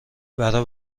برا